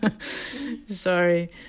Sorry